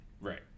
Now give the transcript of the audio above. right